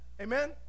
amen